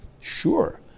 Sure